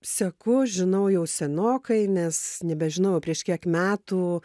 seku žinau jau senokai nes nebežinau jau prieš kiek metų